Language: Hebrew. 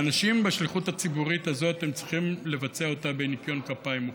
האנשים בשליחות הציבורית הזאת צריכים לבצע אותה בניקיון כפיים מוחלט.